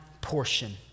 portion